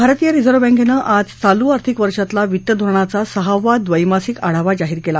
भारतीय रिझर्व्ह बँकेनं आज चालू आर्थिक वर्षातला वित्त धोरणाचा सहावा ड्रैमासिक आढावा जाहीर केला